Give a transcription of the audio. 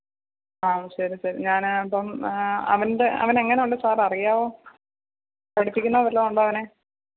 ആ ശരി ശരി ഞാന് ഇപ്പം അവൻ്റെ അവനെങ്ങനുണ്ട് സാർ അറിയാവോ പഠിപ്പിക്കുന്ന വല്ലതും ഉണ്ടോ അവനെ